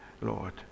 Lord